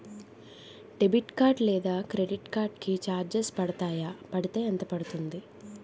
Debit card లేదా credit card కి charges పడతాయా? పడితే ఎంత పడుతుంది?